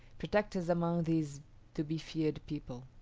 protect us among these to-be-feared people.